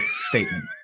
statement